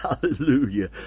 Hallelujah